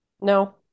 No